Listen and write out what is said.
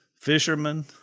fishermen